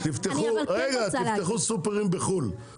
אני מציע לכם שופרסל, תפתחו סופרים בחו"ל.